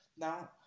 Now